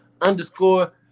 Underscore